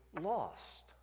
lost